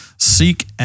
Seek